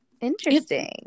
interesting